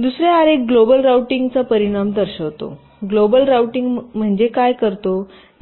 दुसरे आरेख global routing चा परिणाम दर्शवितो ग्लोबल रूटिंग म्हणजे काय करतो